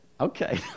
Okay